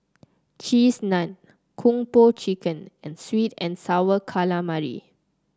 Cheese Naan Kung Po Chicken and sweet and sour calamari